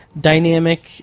dynamic